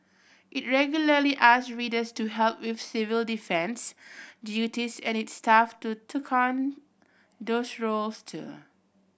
it regularly asked readers to help with civil defence duties and its staff to took on those roles too